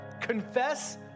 Confess